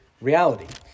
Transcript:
reality